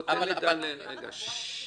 שר התחבורה רוצה שרישיון נהיגה יהיה